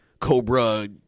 Cobra –